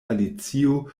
alicio